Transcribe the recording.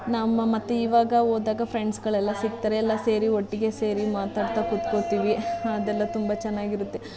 ನಮ್ಮ ಮತ್ತು ಇವಾಗ ಹೋದಾಗ ಫ್ರೆಂಡ್ಸುಗಳೆಲ್ಲಾ ಸಿಕ್ತಾರೆ ಎಲ್ಲ ಸೇರಿ ಒಟ್ಟಿಗೆ ಸೇರಿ ಮಾತಾಡ್ತಾ ಕೂತ್ಕೋತೀವಿ ಅದೆಲ್ಲ ತುಂಬ ಚೆನ್ನಾಗಿರುತ್ತೆ